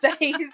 days